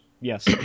yes